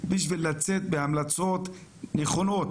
בשביל לצאת עם המלצות נכונות,